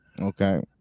Okay